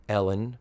Ellen